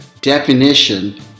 definition